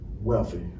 wealthy